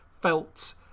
felt